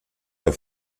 auf